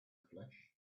flesh